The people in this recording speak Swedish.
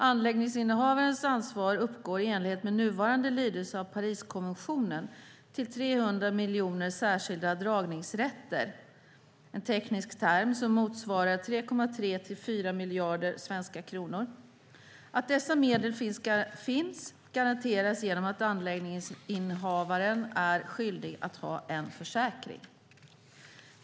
Anläggningshavarens ansvar uppgår, i enlighet med nuvarande lydelse i Pariskonventionen, till 300 miljoner särskilda dragningsrätter . Det är en teknisk term som motsvarar 3,3-4 miljarder svenska kronor. Att dessa medel finns garanteras genom att anläggningshavaren är skyldig att ha en försäkring.